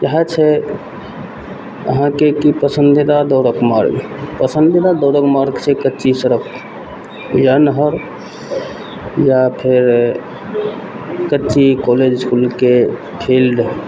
इएह छै अहाँके की पसन्दीदा दौड़यके मार्ग पसन्दीदा दौड़यके मार्ग छै कच्ची सड़क या नहर या फेर कच्ची कॉलेज इसकुल के फील्ड